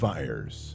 Fires